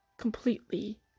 completely